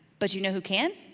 but you know who can?